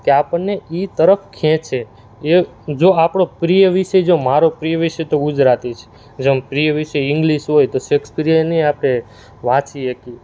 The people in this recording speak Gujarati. કે આપણને એ તરફ ખેંચે એ જો આપણો પ્રિય વિષય જો મારો પ્રિય વિષય તો ગુજરાતી છે જેમ પ્રિય વિષય ઇંગ્લિશ હોય તો શેક્સપિયરની આપણે વાંચી શકીએ